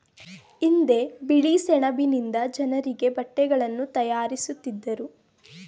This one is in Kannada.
ಹಿಂದೆ ಬಿಳಿ ಸೆಣಬಿನಿಂದ ಜನರಿಗೆ ಬಟ್ಟೆಗಳನ್ನು ತಯಾರಿಸುತ್ತಿದ್ದರು